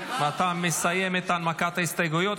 אתה מסיים את הנמקת ההסתייגויות.